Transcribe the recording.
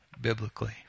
biblically